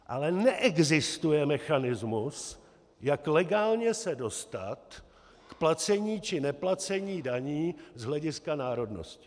Ale neexistuje mechanismus, jak legálně se dostat k placení či neplacení daní z hlediska národnosti.